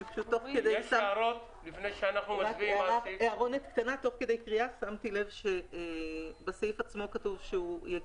אנחנו מבקשים להוסיף לסעיף (8) גם סייג